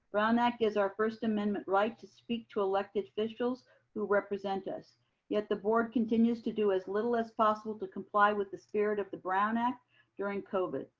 brown act is our first amendment right to speak to elected officials who represent us yet the board continues to do as little as possible to comply with the spirit of the brown act during covid.